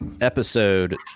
episode